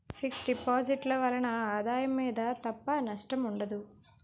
fix deposit ల వలన ఆదాయం మీద తప్ప నష్టం ఉండదు